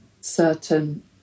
certain